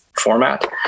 format